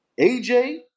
AJ